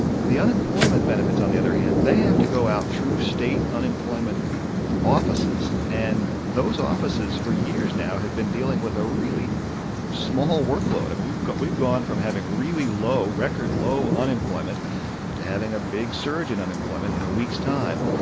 the unemployment benefits, on the other hand, they have to go out through state unemployment offices. and those offices for years now have been dealing with a really small workload. i mean, we've gone from having really low record-low unemployment to having a big surge in unemployment in a week's time.